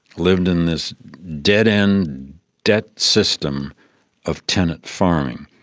lived in this dead-end debt system of tenant farming.